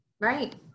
right